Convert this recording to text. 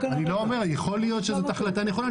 יכול להיות שזאת החלטה נכונה,